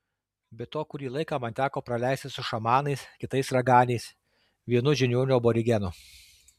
be to kurį laiką man teko praleisti su šamanais kitais raganiais vienu žiniuoniu aborigenu